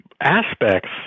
aspects